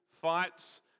fights